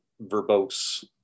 verbose